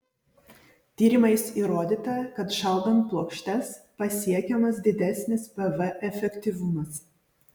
tyrimais įrodyta kad šaldant plokštes pasiekiamas didesnis pv efektyvumas